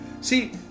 see